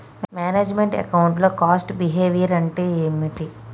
Manage meant account లో cost behaviour అంటే ఏమిటి?